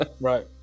Right